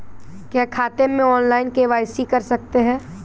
क्या खाते में ऑनलाइन के.वाई.सी कर सकते हैं?